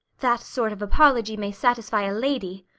that sort of apology may satisfy a lady.